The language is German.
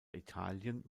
italien